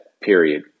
period